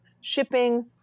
shipping